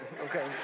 okay